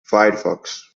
firefox